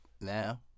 now